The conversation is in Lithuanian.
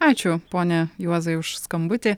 ačiū pone juozai už skambutį